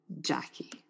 Jackie